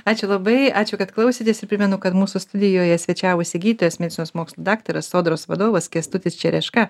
ačiū labai ačiū kad klausėtės ir primenu kad mūsų studijoje svečiavosi gydytojas medicinos mokslų daktaras sodros vadovas kęstutis čereška